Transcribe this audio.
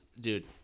dude